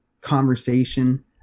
conversation